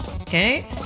Okay